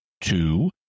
Two